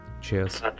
cheers